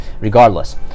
Regardless